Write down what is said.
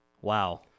wow